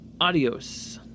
adios